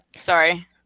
Sorry